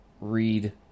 read